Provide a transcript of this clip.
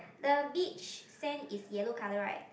the beach sand is yellow colour right